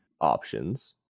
options